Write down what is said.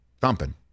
Thumping